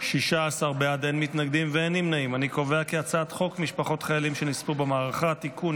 להעביר את הצעת חוק משפחות חיילים שנספו במערכה (תיקון,